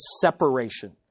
separation